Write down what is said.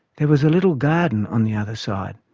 there was a little garden on the other side,